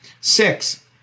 Six